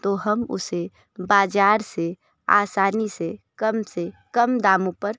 तो हम उसे बाजार से आसानी से कम से कम दामों पर